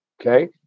okay